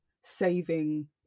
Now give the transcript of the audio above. saving